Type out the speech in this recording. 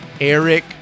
Eric